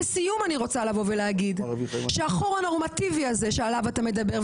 לסיום אני רוצה לומר שהחור הנורמטיבי הזה שעליו אתה מדבר,